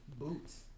Boots